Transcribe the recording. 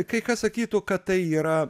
kai kas sakytų kad tai yra